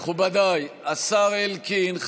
מכובדיי השר אלקין,